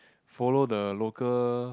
follow the local